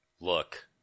Look